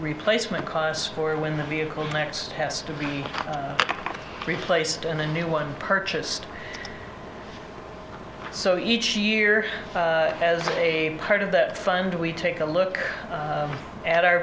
replacement costs for when the vehicle next has to be replaced and the new one purchased so each year as a part of that fund we take a look at our